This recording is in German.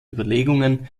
überlegungen